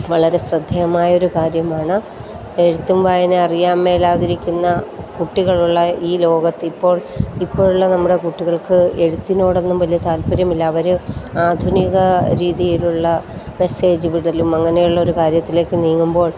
വളരെ ശ്രദ്ധേയമായ ഒരു കാര്യമാണ് എഴുത്തും വായനയും അറിയാൻ മേലാതിരിക്കുന്ന കുട്ടികളുള്ള ഈ ലോകത്ത് ഇപ്പോൾ ഇപ്പോഴുള്ള നമ്മുടെ കുട്ടികൾക്ക് എഴുത്തിനോടൊന്നും വല്യ താൽപ്പര്യമില്ല അവർ ആധുനിക രീതിയിലുള്ള മെസ്സേജ് വിടലും അങ്ങനെയുള്ളൊരു കാര്യത്തിലേക്ക് നീങ്ങുമ്പോൾ